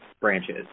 branches